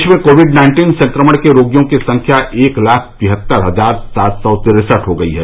देश में Covid nineteen संक्रमण के रोगियों की संख्या एक लाख तिहत्तर हजार सात सौ तिरसठ हो गई है